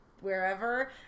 wherever